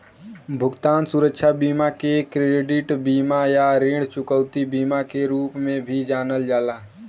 भुगतान सुरक्षा बीमा के क्रेडिट बीमा या ऋण चुकौती बीमा के रूप में भी जानल जाला